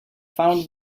found